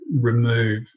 remove